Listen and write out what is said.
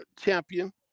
champion